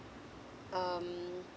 um